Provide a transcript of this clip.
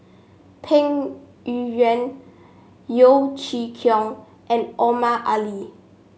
Peng Yuyun Yeo Chee Kiong and Omar Ali